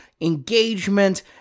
engagement